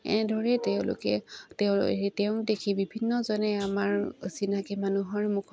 এনেদৰেই তেওঁলোকে তেওঁক দেখি বিভিন্নজনে আমাৰ চিনাকি মানুহৰ মুখত